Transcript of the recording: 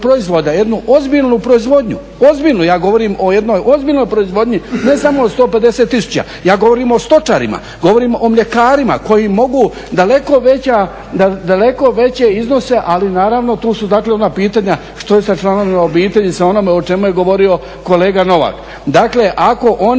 proizvoda, jednu ozbiljnu proizvodnju, ozbiljnu, ja govorim o jednoj ozbiljnoj proizvodnji ne samo o 150 tisuća, ja govorim o stočarima, govorim o mljekarima koji mogu daleko veće iznose ali naravno tu su dakle ona pitanja što je sa članovima obitelji sa onime o čemu je govorio kolega Novak. Dakle ako oni